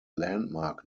landmark